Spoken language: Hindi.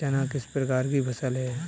चना किस प्रकार की फसल है?